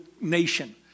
nation